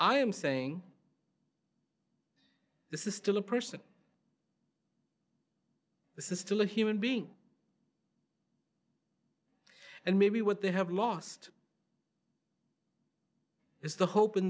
i am saying this is still a person this is still a human being and maybe what they have lost is the hop